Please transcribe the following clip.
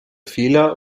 fehler